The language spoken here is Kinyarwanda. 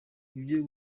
ibyo